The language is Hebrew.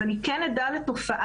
אז אני כן עדה לתופעה,